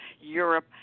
Europe